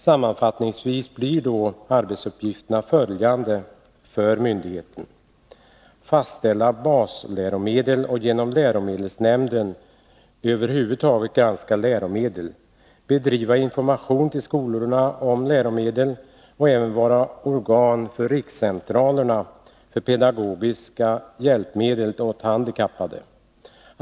Sammanfattningsvis blir arbetsuppgifterna följande för myndigheten: Fastställa basläromedel och genom läromedelsnämnden över huvud taget granska läromedel. Bedriva information till skolorna om läromedel och även vara organ för rikscentralerna för pedagogiska hjälpmedel åt handikappade.